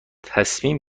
تصمیم